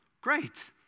Great